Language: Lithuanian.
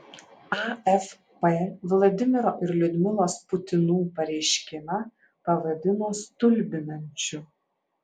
afp vladimiro ir liudmilos putinų pareiškimą pavadino stulbinančiu